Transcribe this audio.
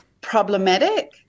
problematic